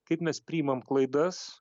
kaip mes priimam klaidas